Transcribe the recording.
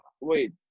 Wait